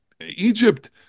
Egypt